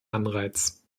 anreiz